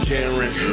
Karen